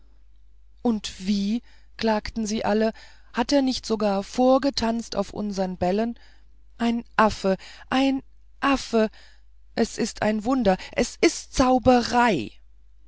und wie klagten sie alle hat er nicht sogar vorgetanzt auf unsern bällen ein affe ein affe es ist ein wunder es ist zauberei